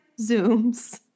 zooms